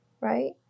right